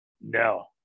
No